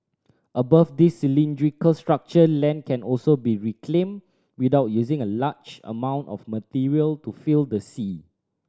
above this cylindrical structure land can also be reclaimed without using a large amount of material to fill the sea